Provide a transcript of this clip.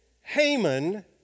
Haman